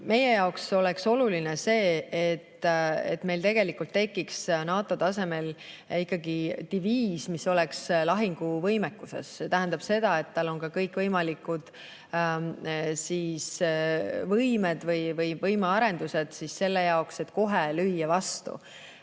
Meie jaoks oleks oluline see, et meil tekiks NATO tasemel ikkagi diviis, mis oleks lahinguvõimekuses. See tähendab, et tal on kõikvõimalikud võimearendused selle jaoks, et kohe lüüa vastu.